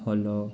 ଫଲ